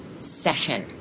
session